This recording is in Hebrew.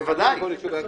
בוודאי.